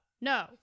no